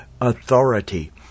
authority